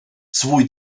svůj